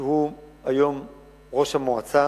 שהוא היום ראש המועצה,